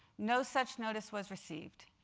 no such notice was received.